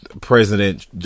President